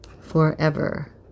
forever